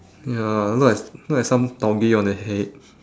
ya look like look like some tau gay on the head